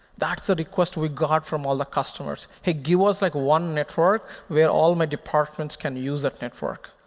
that's the request we got from all the customers. hey, give us like one network where all my departments can use that network.